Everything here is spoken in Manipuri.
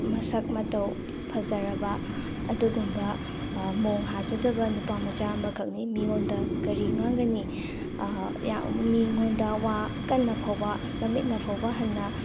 ꯃꯁꯛ ꯃꯇꯧ ꯐꯖꯔꯕ ꯑꯗꯨꯒꯨꯝꯕ ꯃꯣꯡ ꯍꯥꯖꯗꯕ ꯅꯨꯄꯥ ꯃꯆꯥ ꯑꯃꯈꯛꯅꯤ ꯃꯤꯉꯣꯟꯗ ꯀꯔꯤ ꯉꯥꯡꯒꯅꯤ ꯌꯥꯝ ꯃꯤꯉꯣꯟꯗ ꯋꯥ ꯀꯟꯅꯐꯥꯎꯕ ꯃꯃꯤꯠꯅꯐꯥꯎꯕ ꯍꯟꯅ